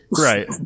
Right